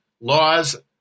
laws